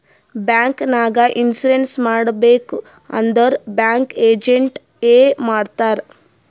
bank ನಾಗ್ insurance ಮಾಡಬೇಕ್ ಅಂದುರ್ ಬ್ಯಾಂಕ್ ಏಜೆಂಟ್ ಎ ಮಾಡ್ತಾರ್